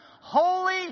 holy